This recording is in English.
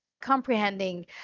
comprehending